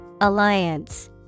Alliance